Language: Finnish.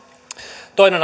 toinen